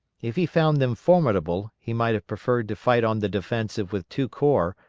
if he found them formidable he might have preferred to fight on the defensive with two corps,